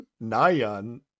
Nayan